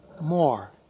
more